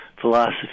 philosophy